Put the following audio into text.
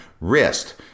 wrist